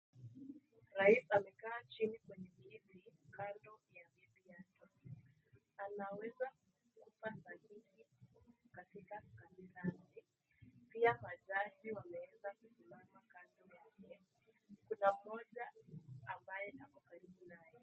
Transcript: Rais amekaa chini kwenye kiti kando ya upinzani. Anaweza kutoa ajili yake pia wazazi wameweza kusimama kando yake, kun mmoja ambaye ako karibu naye.